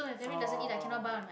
oh